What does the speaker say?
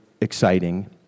exciting